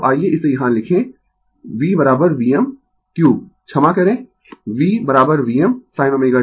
तो आइये इसे यहाँ लिखें V Vm क्यूब क्षमा करें V Vm sin ωt